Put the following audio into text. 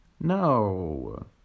No